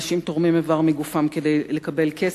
אנשים תורמים איבר מגופם כדי לקבל כסף,